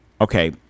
Okay